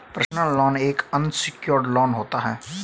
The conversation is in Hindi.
पर्सनल लोन एक अनसिक्योर्ड लोन होता है